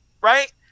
right